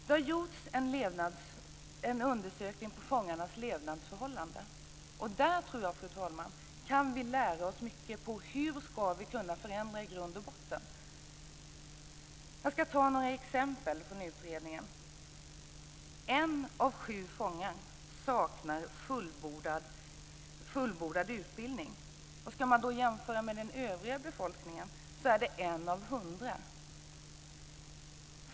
Det har gjorts en undersökning av fångarnas levnadsförhållanden. Där tror jag att vi kan lära oss mycket om hur vi i grund och botten ska kunna förändra detta, fru talman. Jag ska ta några exempel från utredningen. En av sju fångar saknar fullbordad utbildning. I den övriga befolkningen är det en av hundra.